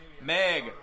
Meg